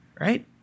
right